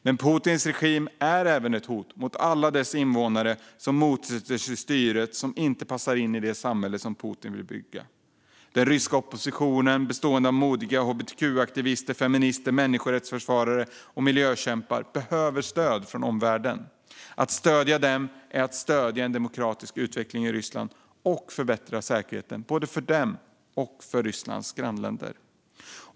Men Putins regim är även ett hot mot alla de invånare som motsätter sig styret eller som inte passar in i det samhälle som Putin vill bygga. Den ryska oppositionen, bestående av modiga hbtq-aktivister, feminister, människorättsförsvarare och miljökämpar, behöver stöd från omvärlden. Att stödja dem är att stödja en demokratisk utveckling i Ryssland och att förbättra säkerheten både för dem och för Rysslands grannländer.